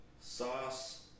Sauce